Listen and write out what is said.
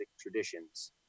traditions